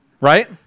Right